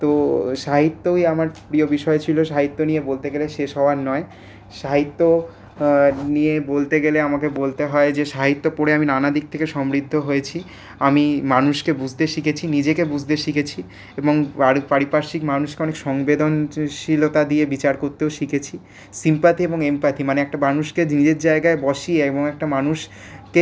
তো সাহিত্যই আমার প্রিয় বিষয় ছিল সাহিত্য নিয়ে বলতে গেলে শেষ হওয়ার নয় সাহিত্য নিয়ে বলতে গেলে আমাকে বলতে হয় যে সাহিত্য পড়ে আমি নানাদিক থেকে সমৃদ্ধ হয়েছি আমি মানুষকে বুঝতে শিখেছি নিজেকে বুঝতে শিখেছি এবং পারি পারিপার্শ্বিক মানুষকে অনেক সংবেদনশীলতা দিয়ে বিচার করতেও শিখেছি সিম্প্যাথি এবং এমপ্যাথি মানে একটা মানুষকে নিজের জায়গায় বসিয়ে এবং একটা মানুষকে